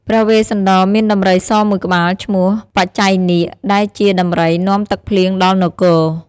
ព្រះវេស្សន្តរមានដំរីសមួយក្បាលឈ្មោះ បច្ច័យនាគ ដែលជាដំរីនាំទឹកភ្លៀងដល់នគរ។